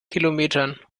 kilometern